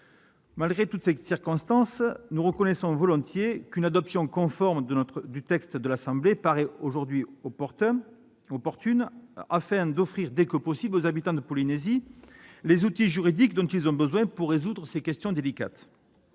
compte tenu des circonstances, nous reconnaissons volontiers qu'une adoption conforme du texte issu de l'Assemblée nationale paraît aujourd'hui opportune, afin d'offrir dès que possible aux habitants de la Polynésie française les outils juridiques dont ils ont besoin pour résoudre ces questions délicates.